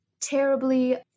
terribly